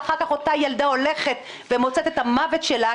ואחר כך אותה ילדה הולכת ומוצאת את המוות שלה,